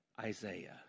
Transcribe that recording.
Isaiah